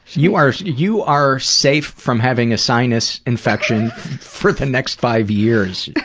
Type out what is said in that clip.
you are you are safe from having a sinus infection for the next five years,